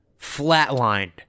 flatlined